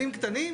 מזה "רובן"?